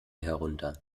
herunter